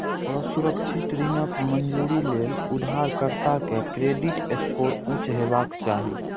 असुरक्षित ऋणक मंजूरी लेल उधारकर्ता के क्रेडिट स्कोर उच्च हेबाक चाही